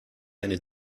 eine